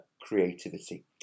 creativity